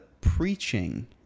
preaching